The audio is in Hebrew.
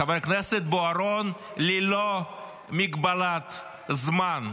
-- חבר הכנסת בוארון, ללא מגבלת זמן.